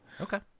okay